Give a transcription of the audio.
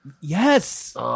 Yes